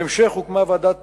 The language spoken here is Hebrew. בהמשך הוקמה ועדת